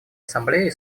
ассамблеи